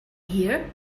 here